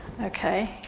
Okay